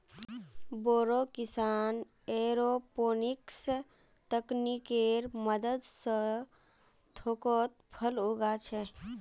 बोरो किसान एयरोपोनिक्स तकनीकेर मदद स थोकोत फल उगा छोक